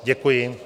Děkuji.